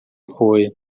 foi